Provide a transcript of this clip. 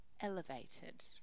elevated